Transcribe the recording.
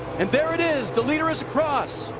and there it is the leader has crossed.